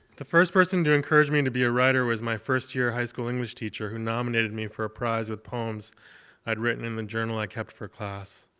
the first person to encourage me to be a writer was my first year high school english teacher, who nominated me for a prize with poems i'd written in the journal i kept for class,